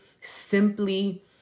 simply